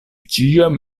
ĉiam